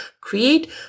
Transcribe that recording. create